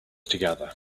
together